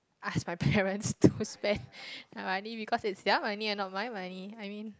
ask my parents to spend my money because it's their money not my money I mean